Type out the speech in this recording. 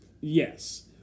Yes